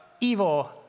evil